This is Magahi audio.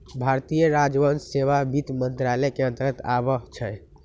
भारतीय राजस्व सेवा वित्त मंत्रालय के अंतर्गत आबइ छै